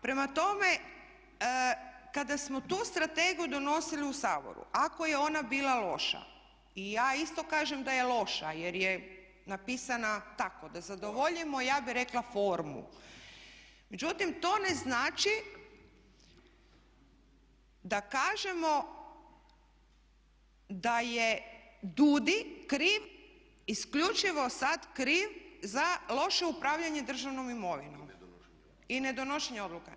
Prema tome, kada smo tu strategiju donosili u Saboru ako je ona bila loša, i ja isto kažem da je loša jer je napisana tako da zadovoljimo ja bih rekla formu, međutim to ne znači da kažemo da je DUUDI kriv, isključivo sad kriv, za loše upravljanje državnom imovinom i nedonošenje odluka.